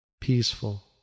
peaceful